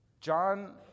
John